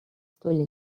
столь